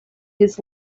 his